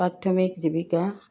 প্ৰাথমিক জীৱিকা